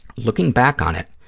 looking back on it,